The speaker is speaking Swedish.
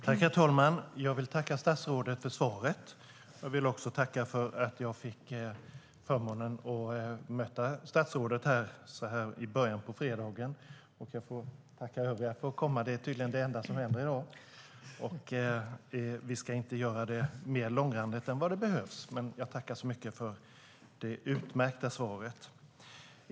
Herr talman! Jag vill tacka statsrådet för svaret. Jag vill också tacka för att jag fick förmånen att möta statsrådet så här i början av fredagen. Och jag får tacka er övriga för att ni har kommit. Detta är tydligen det enda som händer i dag. Vi ska inte göra det mer långrandigt än vad som behövs. Men jag tackar så mycket för det utmärkta svaret.